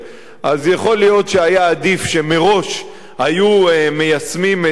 אז יכול להיות שהיה עדיף שמראש היו מיישמים את חוק